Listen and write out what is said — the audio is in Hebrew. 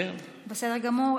בסדר גמור.